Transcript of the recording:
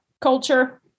culture